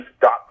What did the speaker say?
dot